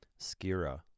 skira